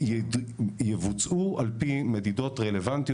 יבוצעו על פי מדידות רלוונטיות.